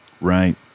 Right